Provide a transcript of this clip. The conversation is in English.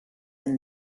and